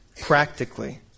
practically